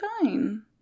fine